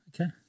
Okay